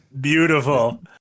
Beautiful